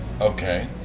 Okay